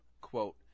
Quote